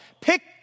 Pick